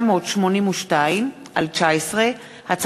פ/1782/19,